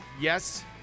yes